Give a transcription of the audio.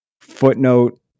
footnote